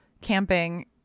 camping